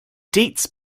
dates